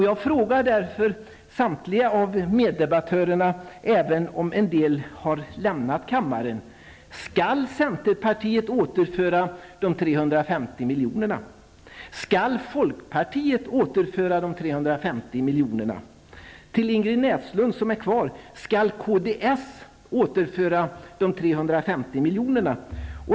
Jag frågar samtliga meddebattörer -- även om en del har lämnat kammaren: Skall centerpartiet återföra de 350 miljonerna? Skall folkpartiet återföra de 350 miljonerna? Till Ingrid Näslund, som är kvar här i kammaren, ställer jag också frågan: Skall kds återföra de 350 miljonerna?